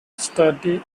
sturdy